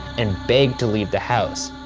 and begged to leave the house,